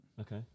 okay